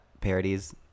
parodies